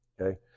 Okay